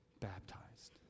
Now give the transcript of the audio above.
baptized